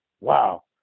Wow